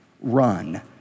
run